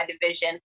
division